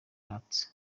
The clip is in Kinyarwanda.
heart